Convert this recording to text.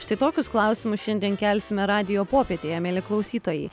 štai tokius klausimus šiandien kelsime radijo popietėje mieli klausytojai